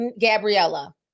Gabriella